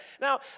Now